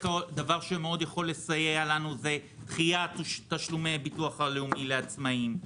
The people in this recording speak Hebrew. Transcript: דבר שמאוד יכול לסייע לנו דחיית תשלומי ביטוח לאומי לעצמאיים,